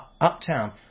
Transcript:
uptown